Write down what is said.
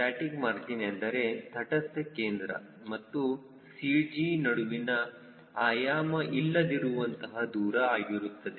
static margin ಎಂದರೆ ತಟಸ್ಥ ಕೇಂದ್ರ ಮತ್ತು CG ನಡುವಿನ ಆಯಾಮ ಇಲ್ಲದಿರುವಂತಹ ದೂರ ಆಗಿರುತ್ತದೆ